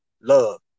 love